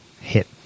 hit